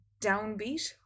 downbeat